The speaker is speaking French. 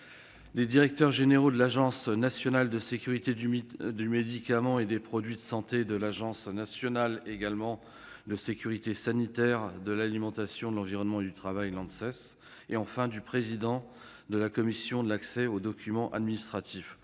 des directeurs généraux de l'Agence nationale de sécurité du médicament et des produits de santé et de l'Agence nationale de sécurité sanitaire de l'alimentation, de l'environnement et du travail, et, enfin, du président de la Commission d'accès aux documents administratifs.